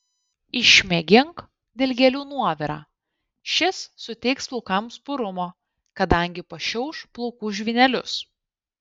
išmėgink dilgėlių nuovirą šis suteiks plaukams purumo kadangi pašiauš plaukų žvynelius